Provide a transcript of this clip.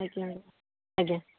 ଆଜ୍ଞା ଆଜ୍ଞା